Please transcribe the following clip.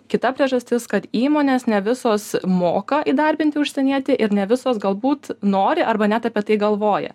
kita priežastis kad įmonės ne visos moka įdarbinti užsienietį ir ne visos galbūt nori arba net apie tai galvoja